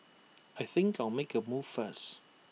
I think I'll make A move first